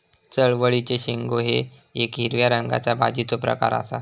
चवळीचे शेंगो हे येक हिरव्या रंगाच्या भाजीचो प्रकार आसा